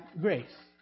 grace